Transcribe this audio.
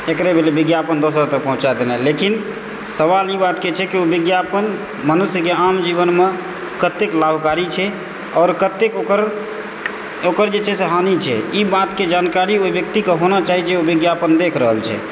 इएह भेलै विज्ञापन दोसर तक पहुँचा देनाय लेकिन सवाल ई बातक छै जे ओ विज्ञापन मनुष्यके आम जीवनमे कतेक लाभकारी छै आओर कतेक ओकर ओकर जे छै से हानि छै ई बातके जानकारी ओहि व्यक्तिके होना चाही जे ओ विज्ञापन देखि रहल छथि